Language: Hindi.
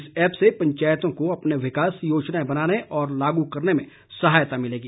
इस ऐप से पंचायतों को अपनी विकास योजनाएं बनाने और लागू करने में सहायता मिलेगी